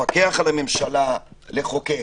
לפקח על הממשלה, לחוקק.